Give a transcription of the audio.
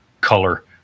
color